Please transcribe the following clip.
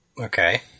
okay